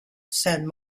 san